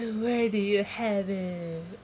and where did you have it